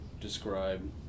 describe